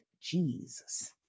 Jesus